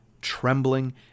trembling